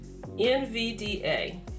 NVDA